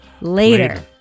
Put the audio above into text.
later